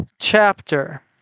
chapter